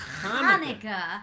Hanukkah